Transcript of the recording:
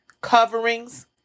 coverings